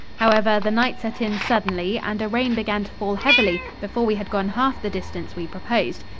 however, the night set in suddenly and a rain began to fall heavily before we had gone half the distance we proposed.